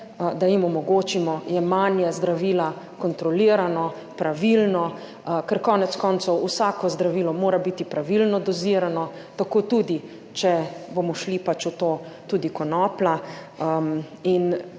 da jim omogočimo jemanje zdravila kontrolirano, pravilno, ker konec koncev vsako zdravilo mora biti pravilno dozirano, tako tudi, če bomo šli pač v to, tudi konoplja. In